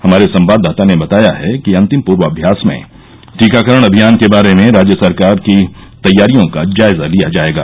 हमारे संवाददाता ने बताया है कि अंतिम पूर्वाभ्यास में टीकाकरण अभियान के बारे में राज्य सरकार की तैयारियों का जायजा लिया जाएगा